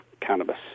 cannabis